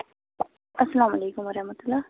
اسلام وعلیکُم ورحمتة الله